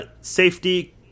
safety